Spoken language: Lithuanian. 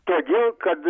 todėl kad